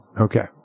Okay